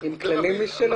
עם כללים משלו.